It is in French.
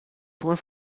points